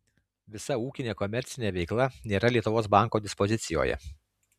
visa ūkinė komercinė veikla nėra lietuvos banko dispozicijoje